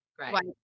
Right